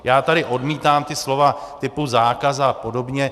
Já tady odmítám ta slova typu zákaz a podobně.